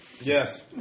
Yes